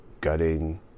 gutting